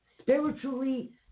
spiritually